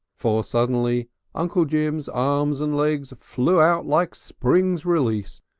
for suddenly uncle jim's arms and legs flew out like springs released.